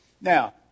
Now